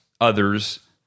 others